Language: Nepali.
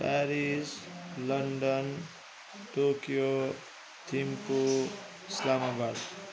Paris London Tokyo Thimphu Islamabad